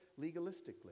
legalistically